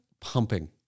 Pumping